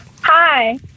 Hi